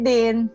Din